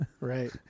right